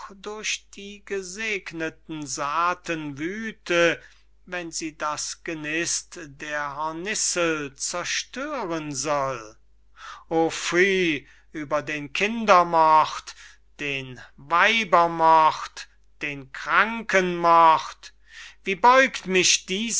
durch die gesegneten saaten wüte wenn sie das genist der hornissel zerstören soll o pfui über den kinder mord den weiber mord den kranken mord wie beugt mich diese